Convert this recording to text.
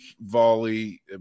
volley